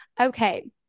Okay